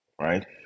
Right